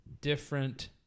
different